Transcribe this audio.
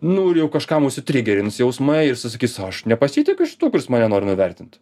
nu ir jau kažkam užsitrigerins jausmai ir jisai sakys aš nepasitikiu šituo kuris mane nori nuvertint